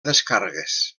descàrregues